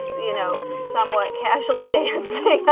you know, somewhat casually dancing